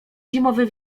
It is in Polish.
zimowy